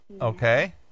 Okay